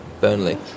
Burnley